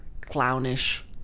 clownish